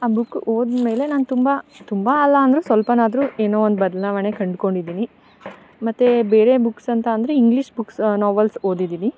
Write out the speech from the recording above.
ಆ ಬುಕ್ ಓದಿದ್ ಮೇಲೆ ನಾನು ತುಂಬ ತುಂಬ ಅಲ್ಲ ಅಂದರು ಸ್ವಲ್ಪನಾದರು ಏನೋ ಒಂದು ಬದಲಾವಣೆ ಕಂಡುಕೊಂಡಿದೀನಿ ಮತ್ತು ಬೇರೆ ಬುಕ್ಸ್ ಅಂತ ಅಂದರೆ ಇಂಗ್ಲೀಷ್ ಬುಕ್ಸ್ ನೊವೆಲ್ಸ್ ಓದಿದೀನಿ